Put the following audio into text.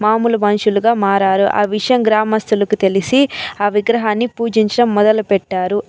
మామూలు మనుషులుగా మారారు ఆ విషయం గ్రామస్థులకి తెలిసి ఆ విగ్రహాన్ని పూజించడం మొదలుపెట్టారు